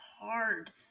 hard